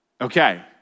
Okay